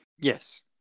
Yes